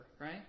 right